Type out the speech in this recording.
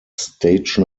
stage